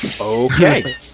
Okay